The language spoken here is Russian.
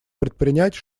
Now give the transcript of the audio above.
предпринять